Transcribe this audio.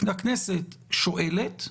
הכנסת שואלת,